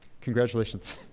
Congratulations